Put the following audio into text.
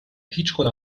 هیچکدام